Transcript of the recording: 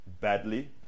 badly